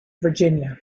virginia